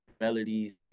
melodies